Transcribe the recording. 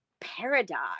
paradox